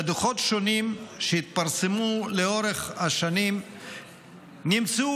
בדוחות שונים שהתפרסמו לאורך השנים נמצאו